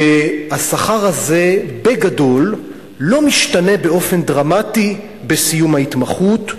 השכר הזה בגדול לא משתנה באופן דרמטי בסיום ההתמחות,